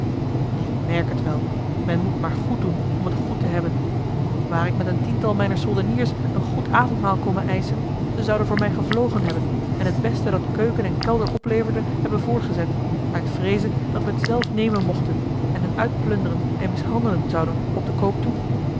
ik merk het wel men moet maar goed doen om het goed te hebben ware ik met een tiental mijner soldeniers een goed avondmaal komen eischen ze zouden voor mij gevlogen hebben en het beste dat keuken en kelder opleverde hebben voorgezet uit vreeze dat we het zelf nemen mochten en hen uitplunderen en mishandelen zouden op den koop toe